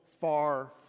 far